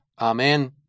Amen